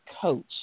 coach